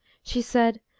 she said,